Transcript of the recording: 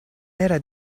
era